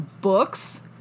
books